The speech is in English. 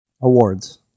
Awards